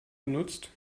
genutzt